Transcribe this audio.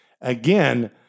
Again